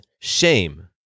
Shame